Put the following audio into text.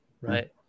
right